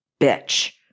bitch